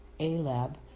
Alab